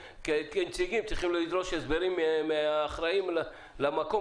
כנציגי ציבור אנחנו צריכים לדרוש הסברים מהאחראים על המקום,